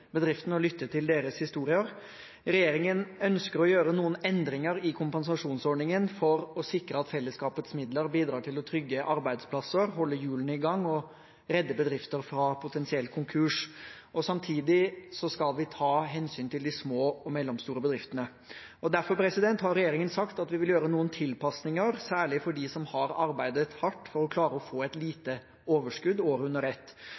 bedriftene og lyttet til deres historier. Regjeringen ønsker å gjøre noen endringer i kompensasjonsordningen for å sikre at fellesskapets midler bidrar til å trygge arbeidsplasser, holde hjulene i gang og redde bedrifter fra potensiell konkurs. Samtidig skal vi ta hensyn til de små og mellomstore bedriftene. Derfor har regjeringen sagt at vi vil gjøre noen tilpasninger, særlig for dem som har arbeidet hardt for å klare å få et lite overskudd året under ett.